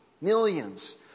millions